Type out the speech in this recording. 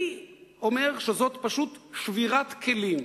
אני אומר שזו פשוט שבירת כלים.